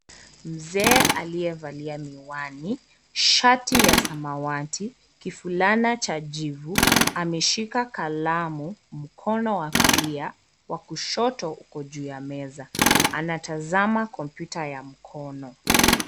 Mzee aliyevalia miwani, shati ya samawati, kifulana cha jivu, ameshika kalamu, mkono wa kulia, wa kushoto uko juu ya meza. Anatazama kompyuta ya mkono.